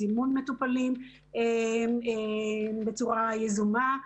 זימון מטופלים בצורה יזומה,